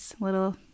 little